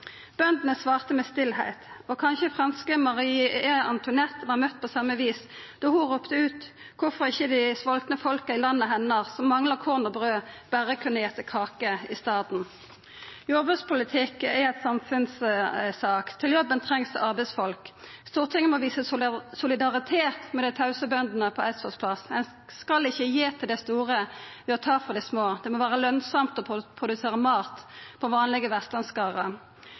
Bøndene svarte med stille. Kanskje franske Marie Antoinette vart møtt på same vis då ho ropte ut og spurde kvifor ikkje dei svoltne folka i landet hennar, som mangla korn og brød, berre kunne eta kake i staden? Jordbrukspolitikk er ei samfunnssak. Til jobben trengst arbeidsfolk. Stortinget må visa solidaritet med dei tause bøndene på Eidsvolls plass. Ein skal ikkje gi til dei store ved å ta frå dei små. Det må vera lønsamt å produsera mat på vanlege